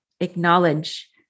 acknowledge